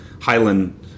Highland